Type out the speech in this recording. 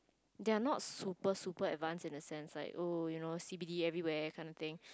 they're not super super advanced in the sense like oh you know c_b_d everywhere kinda thing